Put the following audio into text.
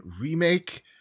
remake